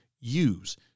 use